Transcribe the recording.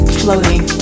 floating